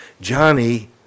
Johnny